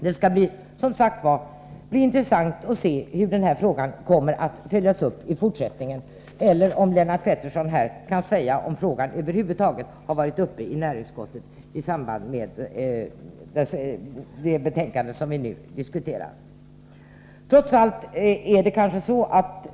Det skall som sagt bli intressant att se hur den här frågan kommer att följas upp och om Lennart Pettersson kan säga om frågan över huvud taget varit uppe i näringsutskottet i samband med utarbetandet av det betänkande som vi nu behandlar.